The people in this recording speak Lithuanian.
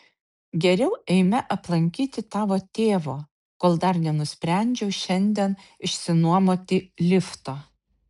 geriau eime aplankyti tavo tėvo kol dar nenusprendžiau šiandien išsinuomoti lifto